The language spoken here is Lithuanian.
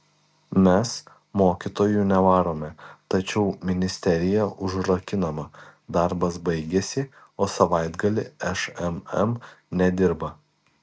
mes mokytojų nevarome tačiau ministerija užrakinama darbas baigėsi o savaitgalį šmm nedirba